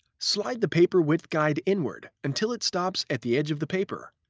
slide the paper width guide inward until it stops at the edge of the paper.